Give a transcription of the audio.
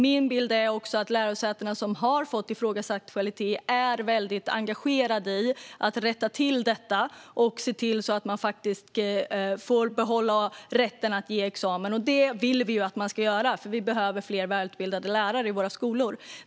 Min bild är att de lärosäten där kvaliteten är ifrågasatt är väldigt engagerade i att rätta till detta och se till att de får behålla rätten att ge examen. Det vill vi ju att de ska göra, för vi behöver fler välutbildade lärare i våra skolor.